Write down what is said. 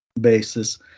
basis